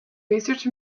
research